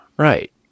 Right